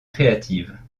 créative